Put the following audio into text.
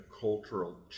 cultural